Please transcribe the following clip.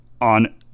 on